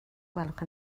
gwelwch